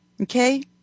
Okay